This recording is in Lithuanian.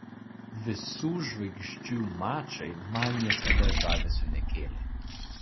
visų žvaigždžių mačai man niekada žavesio nekėlė